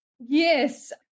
Yes